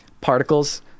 particles